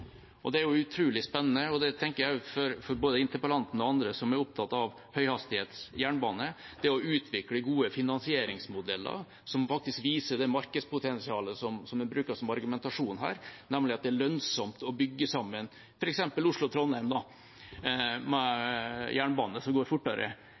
Det er utrolig spennende. Det tenker jeg det også er for både interpellanten og andre som er opptatt av høyhastighetsjernbane – det å utvikle gode finansieringsmodeller som faktisk viser det markedspotensialet en bruker som argumentasjon her, nemlig at det er lønnsomt å bygge sammen